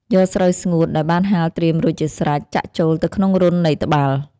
យកស្រូវស្ងួតដែលបានហាលត្រៀមរួចជាស្រេច ចាក់ចូលទៅក្នុងរន្ធនៃត្បាល់។